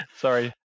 Sorry